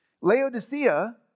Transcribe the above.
Laodicea